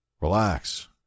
Relax